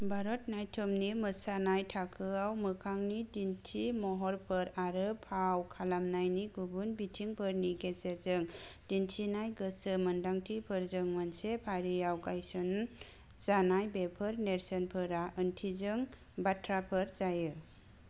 भारतनात्यमनि मोसानाय थाखोआव मोखांनि दिन्थि महरफोर आरो फाव खालामनायनि गुबुन बिथिंफोरनि गेजेरजों दिन्थिनाय गोसो मोन्दांथिफोरजों मोनसे फारियाव गायसनजानाय बेफोर नेरसोनफोरा ओंथिजों बाथ्राफोर जायो